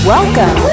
Welcome